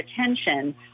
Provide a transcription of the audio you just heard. attention